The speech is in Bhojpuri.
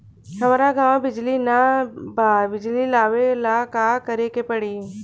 हमरा गॉव बिजली न बा बिजली लाबे ला का करे के पड़ी?